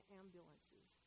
ambulances